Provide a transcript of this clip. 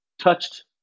touched